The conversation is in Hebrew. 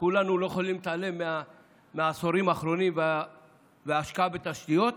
כולנו לא יכולים להתעלם מהעשורים האחרונים וההשקעה בתשתיות,